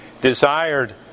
desired